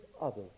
others